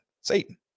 Satan